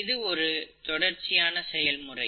இது ஒரு தொடர்ச்சியான செயல்முறை